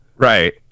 Right